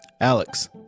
Alex